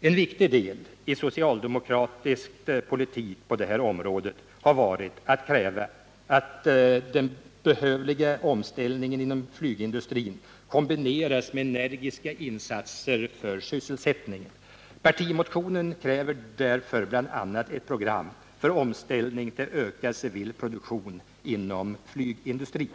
En viktig del i socialdemokratisk politik på det här området har varit att kräva att den behövliga omställningen inom flygindustrin kombineras med energiska insatser för sysselsättningen. Partimotionen kräver därför bl.a. ett program för omställning till ökad civil produktion inom flygindustrin.